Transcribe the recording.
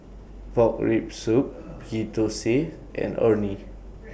Pork Rib Soup Ghee Thosai and Orh Nee